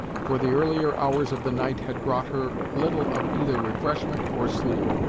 for the earlier hours of the night had brought her little of either refreshment or sleep.